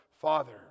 Father